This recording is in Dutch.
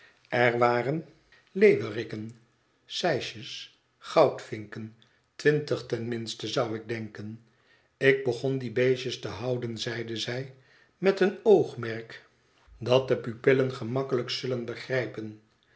er waren leeuwerikken sijsjes goudvinken twintig ten minste zou ik denken ik begon die beestjes te houden zeide zij met een oogmerk dat de pupillen gemakkelijk zullen begrijpen